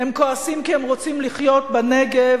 הם כועסים כי הם רוצים לחיות בנגב,